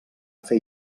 fer